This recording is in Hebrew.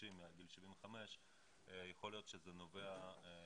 קשישים מעל גיל 75. יכול להיות שזה נובע מבדידות,